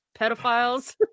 pedophiles